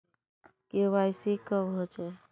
KYC कब होचे?